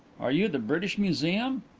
are you the british museum?